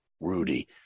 Rudy